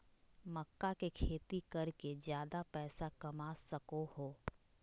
मक्का के खेती कर के ज्यादा पैसा कमा सको हो